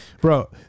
bro